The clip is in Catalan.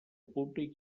públic